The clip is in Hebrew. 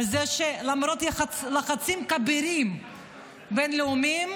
על זה שלמרות לחצים כבירים בין-לאומיים